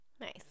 Nice